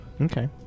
Okay